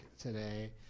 today